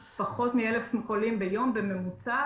פחות מ-1,000 חולים ביום בממוצע,